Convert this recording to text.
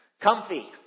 Comfy